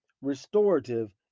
restorative